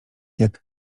jak